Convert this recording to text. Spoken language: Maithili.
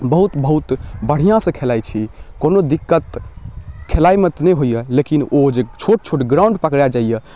बहुत बहुत बढ़िआँसँ खेलाइ छी कोनो दिक्कत खेलाइमे तऽ नहि होइए लेकिन ओ जे छोट छोट ग्राउण्ड पकड़ा जाइए